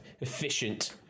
efficient